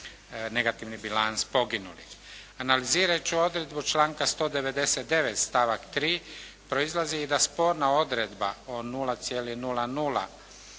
negativni bilans poginulih. Analizirajući odredbu članka 199. stavak 3. proizlazi i da sporna odredba o 0,00